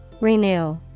Renew